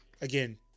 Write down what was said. again